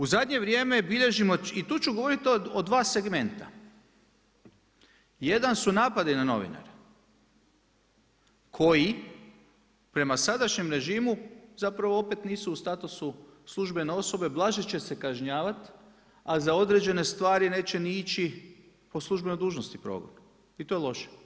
U zadnje vrijeme bilježimo i tu ću govoriti o dva segmenta, jedan su napadi na novinare koji prema sadašnjem režimo zapravo opet nisu u statusu službene osobe, blaže će se kažnjavat, a za određene stvari neće ni ići po službenoj dužnosti progon i to je loše.